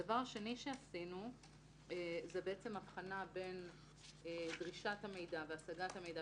הדבר השני שעשינו זה הבחנה בין דרישת המידע והשגת המידע